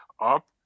up